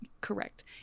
correct